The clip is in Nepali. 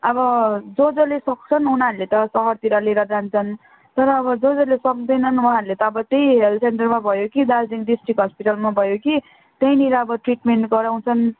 अब जस जसले सक्छन् उनीहरूले त सहरतिर लिएर जान्छन् तर अब जस जसले सक्दैनन् उहाँहरूले त अब त्यही हेल्थ सेन्टरमा भयो कि दार्जिलिङ डिस्ट्रिक्ट हस्पिटलमा भयो कि त्यहीनिर अब ट्रिटमेन्ट गराउँछन्